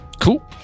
Cool